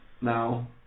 now